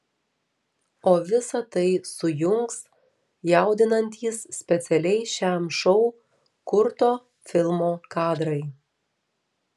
o visa tai sujungs jaudinantys specialiai šiam šou kurto filmo kadrai